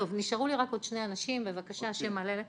טוב, נשארו לי רק עוד שני אנשים, בבקשה, שם מלא.